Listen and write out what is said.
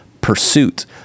pursuit